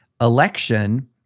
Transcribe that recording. election